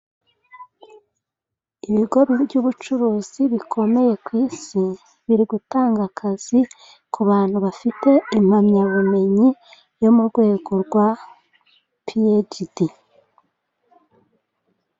Ibigo by'ubucuruzi bikomeye ku Isi biri gutanga akazi ku bantu bafite impamyabumenyi yo rwego rwa piyecidi.